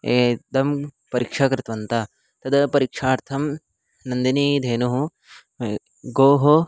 एषा परीक्षा कृतवन्तः तद् परीक्षार्थं नन्दिनी धेनुः गौः